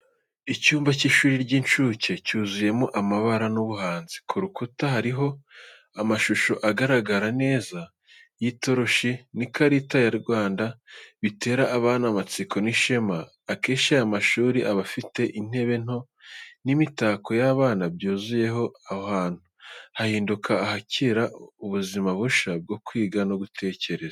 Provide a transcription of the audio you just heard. Icyumba cy'ishuri ry'incuke, cyuzuyemo amabara n'ubuhanzi. Ku rukuta hariho amashusho agaragara neza y’itoroshi n'ikarita ya Rwanda, bitera abana amatsiko n'ishema. Akenshi aya mashuri aba afite intebe nto n’imitako y’abana byuzuye aho hantu, hahinduka ahakira ubuzima bushya bwo kwiga no gutekereza.